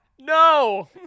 No